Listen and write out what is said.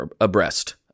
abreast